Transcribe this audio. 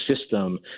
system